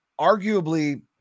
arguably